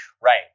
Right